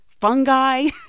fungi